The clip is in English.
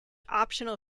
optional